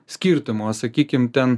skirtumai o sakykim ten